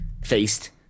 faced